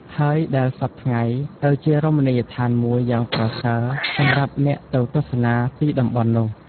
ហើយដែលសព្វថ្ងៃ ទៅជារមណីយដ្ឋានមួយយ៉ាងប្រសើរ សម្រាប់អ្នកទៅទស្សនាទីតំបន់នោះ ។